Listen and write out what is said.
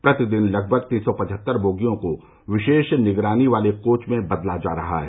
प्रतिदिन लगभग तीन सौ पचहत्तर बोगियों को विशेष निगरानी वाले कोच में बदला जा रहा है